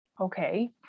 okay